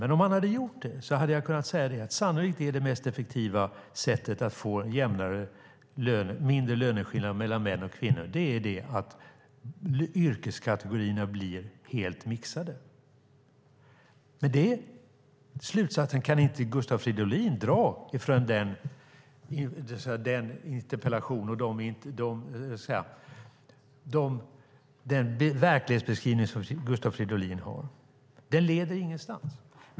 Men om han hade gjort det hade jag kunnat säga att det mest effektiva sättet att få mindre löneskillnader mellan män och kvinnor sannolikt är att yrkeskategorierna blir helt mixade. Men den slutsatsen kan inte Gustav Fridolin dra från den verklighetsbeskrivning som Gustav Fridolin gör. Den leder ingenstans.